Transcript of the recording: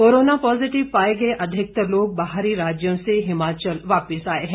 corona positive पाए गए अधिकतर लोग बाहरी राज्यों से हिमाचल वापस लौटे हैं